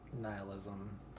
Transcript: nihilism